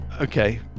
Okay